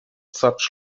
such